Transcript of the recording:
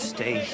Stay